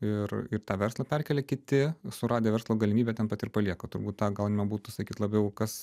ir ir tą verslą perkelia kiti suradę verslo galimybę ten pat ir palieka turbūt tą galima būtų sakyt labiau kas